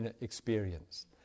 experience